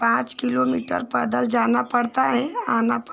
पाँच किलोमीटर पैदल जाना पड़ता है आना पड़ता है